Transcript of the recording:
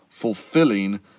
fulfilling